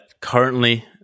currently